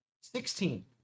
Sixteen